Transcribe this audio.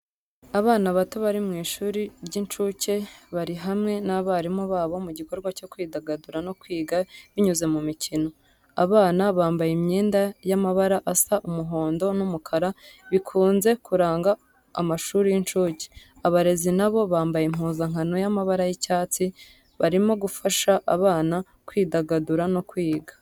Abana bato bari mu ishuri ry’incuke bari hamwe n’abarimu babo mu gikorwa cyo kwidagadura no kwiga binyuze mu mikino. Abana bambaye imyenda y’amabara asa umuhondo n’umukara, bikunze kuranga amashuri y’incuke. Abarezi nabo bambaye impuzankano y’amabara y’icyatsi, barimo gufasha abana kwidagadura no kwiga.